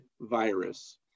virus